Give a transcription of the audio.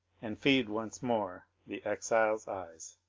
and feed once more the exile's eyes.